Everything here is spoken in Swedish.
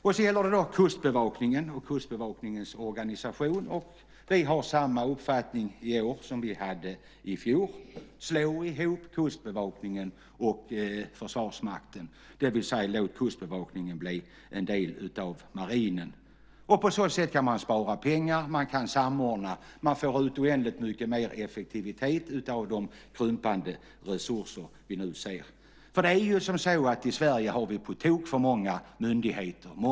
När det gäller kustbevakningen och Kustbevakningens organisation har vi samma uppfattning i år som i fjol: Slå ihop Kustbevakningen och Försvarsmakten, det vill säga låt Kustbevakningen bli en del av marinen. På så sätt kan man spara pengar, och man kan samordna. Man får ut oändligt mycket mer effektivitet av de krympande resurserna. Vi har på tok för många myndigheter i Sverige.